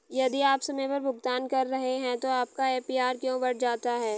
यदि आप समय पर भुगतान कर रहे हैं तो आपका ए.पी.आर क्यों बढ़ जाता है?